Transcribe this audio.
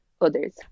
others